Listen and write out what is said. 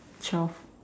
twelve